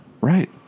right